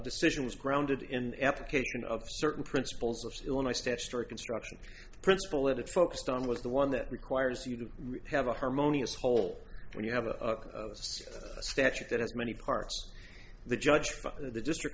decision was grounded in application of certain principles of illinois statutory construction principle it focused on was the one that requires you to have a harmonious whole when you have a statute that has many parts the judge the district